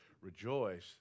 Rejoice